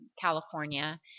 California